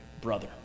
brother